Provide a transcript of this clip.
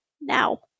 Now